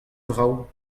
vrav